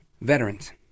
veterans